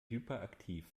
hyperaktiv